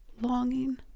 longing